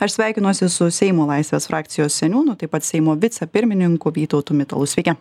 aš sveikinuosi su seimo laisvės frakcijos seniūnu taip pat seimo vicepirmininku vytautu mitalu sveiki